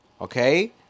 okay